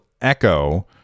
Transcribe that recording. echo